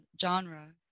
genre